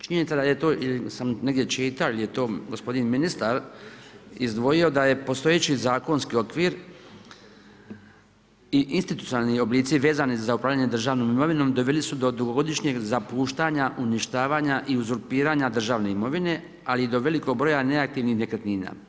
Činjenica da je ili sam negdje čitao ili je to gospodin ministar izdvojio da je postojeći zakonski okvir i institucionalni oblici vezani za upravljanje državnom imovinom doveli su do dugogodišnjeg zapuštanja, uništavanja i uzurpiranja državne imovine ali i doveli do broja neaktivnih nekretnina.